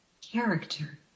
character